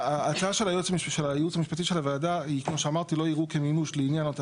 ההצעה של היועץ המשפטי של הוועדה היא שלא יראו כמימוש לעניין אותה